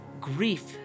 grief